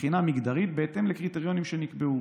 באופן מעורב ברובו מבחינה מגדרית בהתאם לקריטריונים שנקבעו.